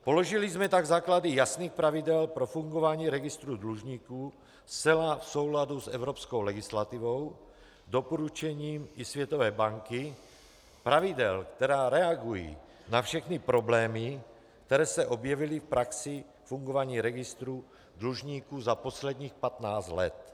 Položili jsme tak základy jasných pravidel pro fungování registru dlužníků zcela v souladu s evropskou legislativou, doporučením i Světové banky, pravidel, která reagují na všechny problémy, které se objevily v praxi fungování registru dlužníků za posledních patnáct let.